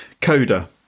coda